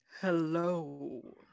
Hello